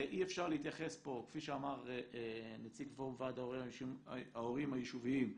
ואי אפשר להתייחס פה כפי שאמר נציג ועד ההורים היישוביים זאב,